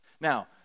Now